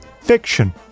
fiction